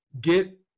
get